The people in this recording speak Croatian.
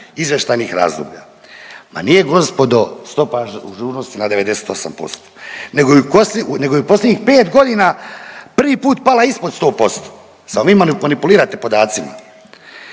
izvještajnih razdoblja“, ma nije gospodo stopa ažurnosti na 98% nego je u posljednjih pet godina prvi put pala ispod 100% samo vi manipulirate podacima.